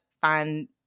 find